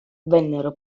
vennero